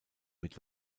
mit